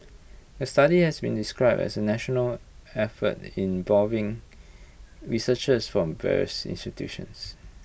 the study has been described as A national effort involving researchers from various institutions